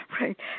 right